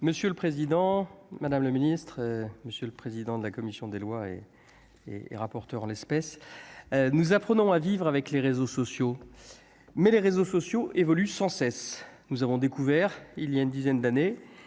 Monsieur le président, madame le Ministre, monsieur le président de la commission des lois et et et rapporteur l'espèce, nous apprenons à vivre avec les réseaux sociaux mais les réseaux sociaux évoluent sans cesse, nous avons découvert il y a une dizaine d'années,